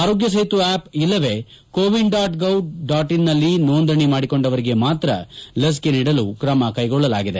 ಆರೋಗ್ತ ಸೇತು ಆಪ್ ಇಲ್ಲವೆ CoWIN dot gov dot in ನಲ್ಲಿ ನೋಂದಣಿ ಮಾಡಿಕೊಂಡರಿಗೆ ಮಾತ್ರ ಲಸಿಕೆ ನೀಡಲು ಕ್ಷೆಗೊಳ್ಟಲಾಗಿದೆ